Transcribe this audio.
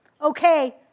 okay